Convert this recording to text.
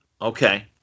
Okay